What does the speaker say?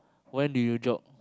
when do you jog